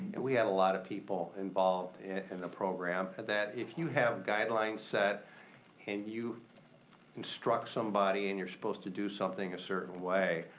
and we had a lotta people involved in the program. that if you have guidelines set and you instruct somebody and you're supposed to do something a certain way,